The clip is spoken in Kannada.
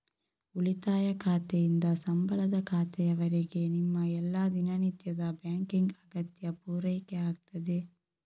ಉಳಿತಾಯ ಖಾತೆಯಿಂದ ಸಂಬಳದ ಖಾತೆಯವರೆಗೆ ನಿಮ್ಮ ಎಲ್ಲಾ ದಿನನಿತ್ಯದ ಬ್ಯಾಂಕಿಂಗ್ ಅಗತ್ಯ ಪೂರೈಕೆ ಆಗ್ತದೆ